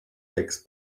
takes